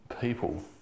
people